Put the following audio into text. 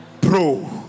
Bro